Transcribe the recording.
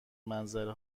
منظره